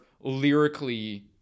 lyrically